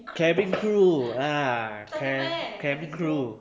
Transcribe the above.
cabin crew ah ca~ cabin crew